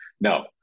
no